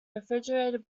refrigerated